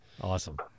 Awesome